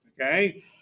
okay